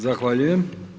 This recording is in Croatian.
Zahvaljujem.